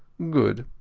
good!